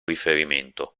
riferimento